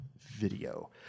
video